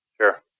Sure